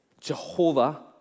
Jehovah